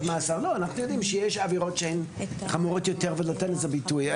אנחנו יודעים שיש עבירות שהן חמורות יותר וצריך לתת לזה ביטוי.